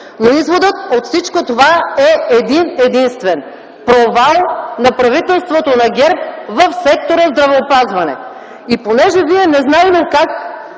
но изводът от всичко това е един-единствен: провал на правителството на ГЕРБ в сектора „Здравеопазване”! Понеже Вие, незнайно как,